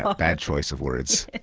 ah bad choice of words.